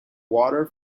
water